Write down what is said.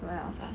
what else ah